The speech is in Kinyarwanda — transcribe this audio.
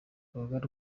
urugaga